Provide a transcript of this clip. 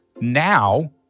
now